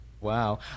Wow